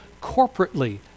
corporately